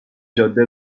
جاده